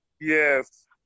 Yes